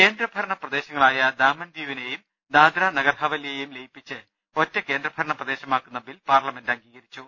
കേന്ദ്രഭരണ പ്രദേശങ്ങളായ ദാമൻ ദിയുവിനെയും ദാദ്ര നഗർഹവല്ലിയെയും ലയിപ്പിച്ച് ഒറ്റ കേന്ദ്ര ഭരണ പ്രദേശമാക്കുന്ന ബിൽ പാർലമെന്റ് അംഗീകരിച്ചു